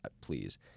please